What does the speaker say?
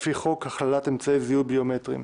לפי חוק הכללת אמצעי זיהוי ביומטריים.